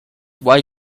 why